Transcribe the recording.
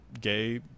gay